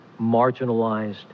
marginalized